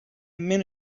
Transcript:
meno